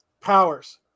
powers